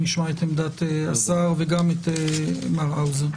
נשמע את עמדת השר וגם את מר האוזר.